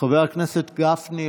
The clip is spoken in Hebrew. חבר הכנסת גפני,